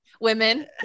women